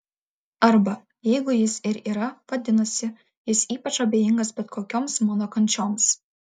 arba jeigu jis ir yra vadinasi jis ypač abejingas bet kokioms mano kančioms